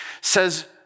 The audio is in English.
says